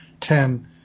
Ten